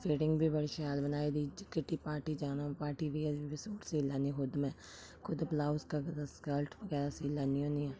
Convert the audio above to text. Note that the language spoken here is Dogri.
फिटिंग बी बड़ी शैल बनाई दी जे किट्टी पार्टी जाना पार्टी वियर बी सूट सी लैन्नीं खुद में खुद ब्लौज स्कलट बगैरा सी लैन्नी होन्नी आं